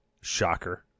Shocker